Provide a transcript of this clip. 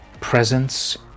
presence